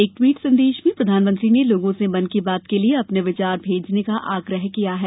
एक ट्वीट संदेश में प्रधानमंत्री ने लोगों से मन की बात की लिए अपने विचार भेजने का आग्रह किया है